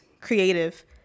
creative